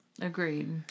Agreed